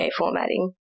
formatting